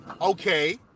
okay